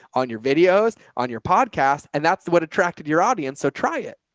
on your videos, on your podcast. and that's what attracted your audience. so try it.